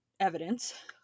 Evidence